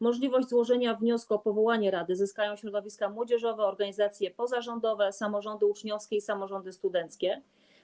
Możliwość złożenia wniosku o powołanie rady zyskają środowiska młodzieżowe, organizacje pozarządowe, samorządy uczniowskie i samorządy studenckie.